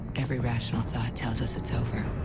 every rational thought tells us it's over.